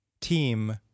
team